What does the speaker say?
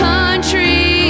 Country